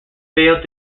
failed